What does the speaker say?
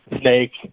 Snake